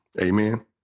Amen